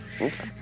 okay